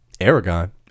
Aragon